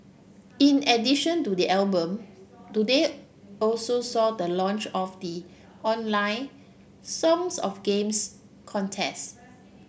in addition to the album today also saw the launch of the online Songs of Games contest